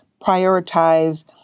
prioritize